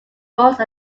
forced